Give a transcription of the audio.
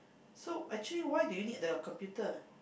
so actually why do you need the computer